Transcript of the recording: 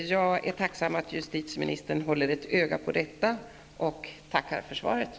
Jag är tacksam över att justitieministern håller ett öga på detta och tackar för svaret.